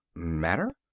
matter?